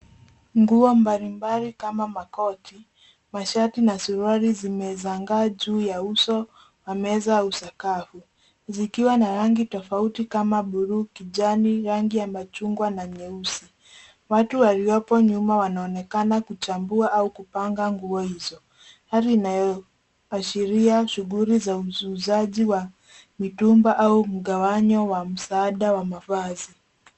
Nguo mbalimbali kama makoti, mashati na suruali zimezagaa juu ya uso wa meza au sakafu zikiwa na rangi tofauti kama buluu, kijani, rangi ya machungwa na nyeusi. Watu waliopo nyuma wanaonekana kuchambua au kupanga ngo hizo, hali inayoashiria shughuli za uuzaji wa mitumba au mgawanyo wa msaada wa mavazi.